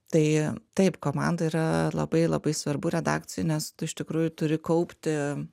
tai taip komanda yra labai labai svarbu redakcijų nes tu iš tikrųjų turi kaupti